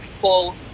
full